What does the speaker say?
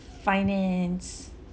finance